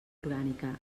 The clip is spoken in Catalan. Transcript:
orgànica